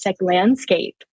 landscape